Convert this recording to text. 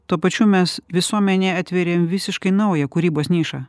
tuo pačiu mes visuomenei atveriam visiškai naują kūrybos nišą